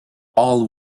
all